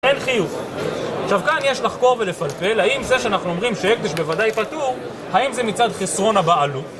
אין חיוך. עכשיו כאן יש לחקור ולפלפל. האם זה שאנחנו אומרים שהקדש בוודאי פתור, האם זה מצד חסרון הבעלות?